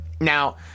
Now